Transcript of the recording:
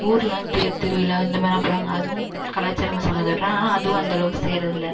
ஊரில் தேர் திருவிழா இந்த மாதிரிலாம் பண்ணுவாங்க அதுவும் கலாச்சாரங்கள் சொன்னதைவிட அதுவும் அந்த அளவுக்கு செய்வது இல்லை